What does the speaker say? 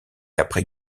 après